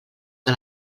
que